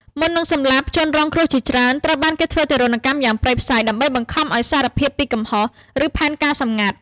មុននឹងសម្លាប់ ជនរងគ្រោះជាច្រើនត្រូវបានគេធ្វើទារុណកម្មយ៉ាងព្រៃផ្សៃ ដើម្បីបង្ខំឱ្យសារភាពពី "កំហុស" ឬ "ផែនការសម្ងាត់" ។